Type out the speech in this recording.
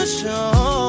show